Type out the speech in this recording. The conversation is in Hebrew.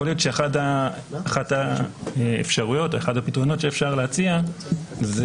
יכול להיות שאחד הפתרונות שאפשר להציע זה